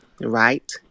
right